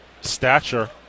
stature